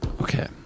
Okay